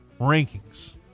rankings